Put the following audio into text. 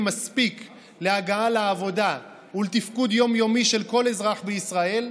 מספיק להגעה לעבודה ולתפקוד יום-יומי של כל אזרח בישראל,